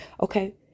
Okay